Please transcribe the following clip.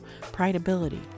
PrideAbility